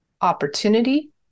opportunity